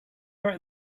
right